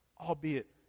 albeit